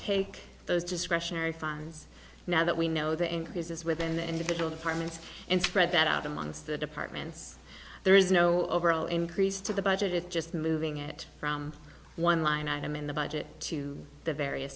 take those discretionary funds now that we know the increases within the individual departments and spread that out amongst the departments there is no overall increase to the budget just moving it from one line item in the budget to the various